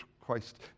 Christ